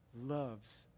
loves